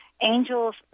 angels